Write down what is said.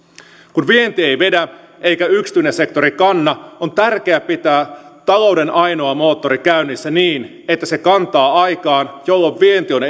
kun vienti ei vedä eikä yksityinen sektori kanna on tärkeää pitää talouden ainoa moottori käynnissä niin että se kantaa aikaan jolloin vienti on